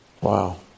Wow